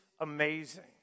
amazing